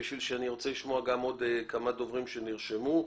אני רוצה לשמוע גם עוד כמה דוברים שנרשמו.